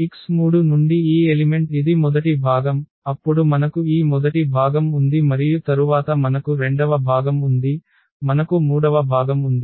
42x3 నుండి ఈ element ఇది మొదటి భాగం అప్పుడు మనకు ఈ మొదటి భాగం ఉంది మరియు తరువాత మనకు రెండవ భాగం ఉంది మనకు మూడవ భాగం ఉంది